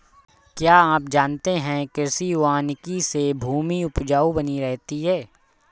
क्या आप जानते है कृषि वानिकी से भूमि उपजाऊ बनी रहती है?